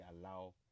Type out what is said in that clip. allow